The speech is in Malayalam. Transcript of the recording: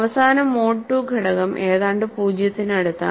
അവസാന മോഡ് II ഘടകം ഏതാണ്ട് 0 ന് അടുത്താണ്